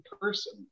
person